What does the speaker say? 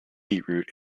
beetroot